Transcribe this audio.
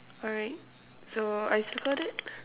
alright so I circled it